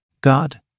God